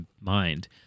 mind